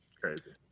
Crazy